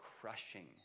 crushing